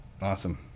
Awesome